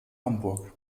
hamburg